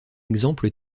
exemple